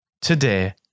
today